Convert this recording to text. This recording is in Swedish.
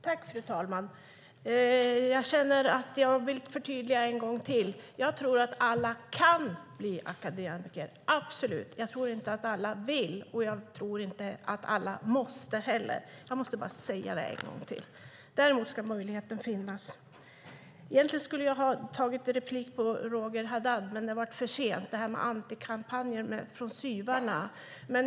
Fru talman! Jag känner att jag vill förtydliga en gång till: Jag tror att alla kan bli akademiker - absolut. Jag tror inte att alla vill , och jag tror inte att alla måste heller. Jag måste bara säga det en gång till. Däremot ska möjligheten finnas. Egentligen skulle jag ha begärt replik på Roger Haddad, men det var för sent. Det gällde detta med antikampanjer från SYV:arna.